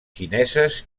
xineses